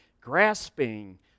grasping